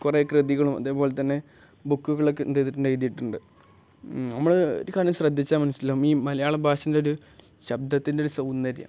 കുറേ കൃതികളും അതേപോലെ തന്നെ ബുക്കുകളൊക്കെ എന്തു ചെയ്തിട്ടുണ്ട് എഴുതിയിട്ടുണ്ട് നമ്മൾ ഒരു കാര്യം ശ്രദ്ധിച്ചാൽ മനസ്സിലാകും ഈ മലയാള ഭാഷേൻ്റെ ഒരു ശബ്ദത്തിൻ്റെ ഒരു സൗന്ദര്യം